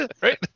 right